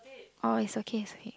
oh is okay is okay